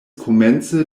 komence